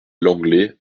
lenglet